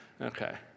okay